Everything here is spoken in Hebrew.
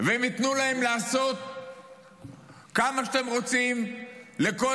והן ייתנו להם לעשות כמה שאתם רוצים לכל